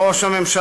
על ראש הממשלה,